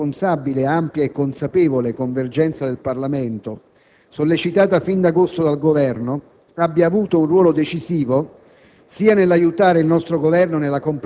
Mi preme qui sottolineare come la responsabile, ampia e consapevole convergenza del Parlamento, sollecitata fin da agosto dal Governo, abbia avuto un ruolo decisivo